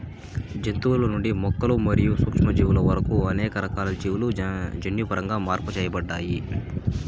జంతువుల నుండి మొక్కలు మరియు సూక్ష్మజీవుల వరకు అనేక రకాల జీవులు జన్యుపరంగా మార్పు చేయబడ్డాయి